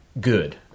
good